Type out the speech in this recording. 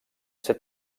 ser